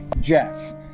Jeff